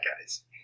guys